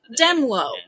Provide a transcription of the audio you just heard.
Demlo